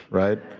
right?